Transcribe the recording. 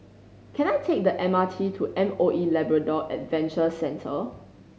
can I take the M R T to M O E Labrador Adventure Centre